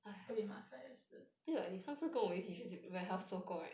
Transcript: a bit 麻烦也是